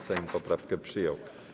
Sejm poprawkę przyjął.